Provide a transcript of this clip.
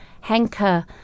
hanker